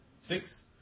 Six